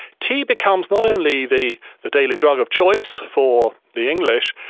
tea becomes not only the the daily drug of choice for the english,